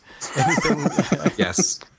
Yes